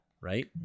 right